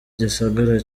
gisagara